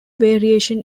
variation